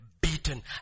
beaten